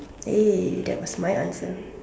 eh that was my answer